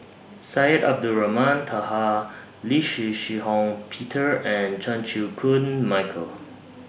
Syed Abdulrahman Taha Lee Shih Shiong Peter and Chan Chew Koon Michael